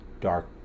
dark